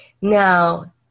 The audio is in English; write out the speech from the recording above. Now